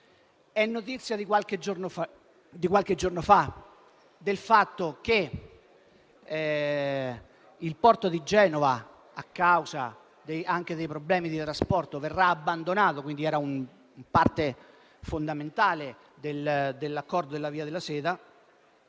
È notizia di qualche giorno fa che il porto di Genova, a causa anche dei problemi di trasporto, verrà abbandonato (ed era parte fondamentale dell'Accordo per la via della seta).